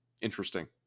interesting